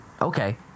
Okay